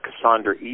Cassandra